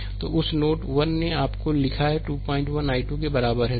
slide समय देखें 2804 तो उस नोड 1 ने आपको लिखा है कि 25 i 2 के बराबर है